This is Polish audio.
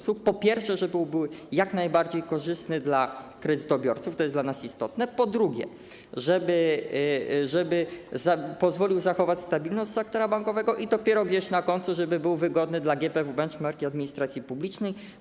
Chodzi o to, po pierwsze, żeby był jak najbardziej korzystny dla kredytobiorców, co jest dla nas istotne, po drugie, żeby pozwolił zachować stabilność sektora bankowego, i dopiero gdzieś na końcu, żeby był wygodny dla GPW Benchmark i administracji publicznej.